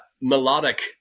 melodic